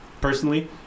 Personally